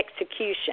execution